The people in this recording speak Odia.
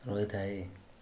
ରହିଥାଏ